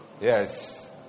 Yes